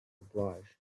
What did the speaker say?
obliged